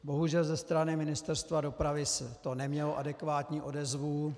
Bohužel ze strany Ministerstva dopravy to nemělo adekvátní odezvu.